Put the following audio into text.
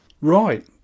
Right